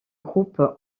groupe